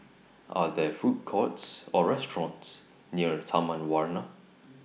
Are There Food Courts Or restaurants near Taman Warna